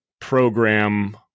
program